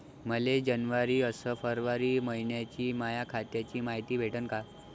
मले जनवरी अस फरवरी मइन्याची माया खात्याची मायती भेटन का?